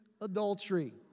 adultery